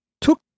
took